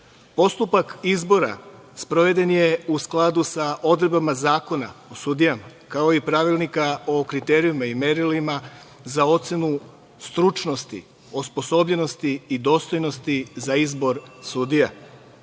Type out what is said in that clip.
Postupak izbora sproveden je u skladu sa odredbama Zakona o sudijama, kao i Pravilnika o kriterijumima i merilima za ocenu stručnosti, osposobljenosti i dostojnosti za izbor sudija.